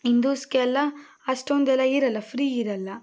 ಹಿಂದೂಸ್ಗೆಲ್ಲ ಅಷ್ಟೊಂದೆಲ್ಲ ಇರಲ್ಲ ಫ್ರೀ ಇರಲ್ಲ